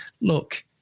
look